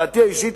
דעתי האישית,